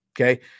Okay